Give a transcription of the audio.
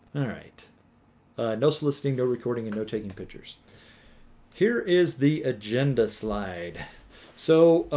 alright no soliciting no recording and no taking pictures here is the agenda slide so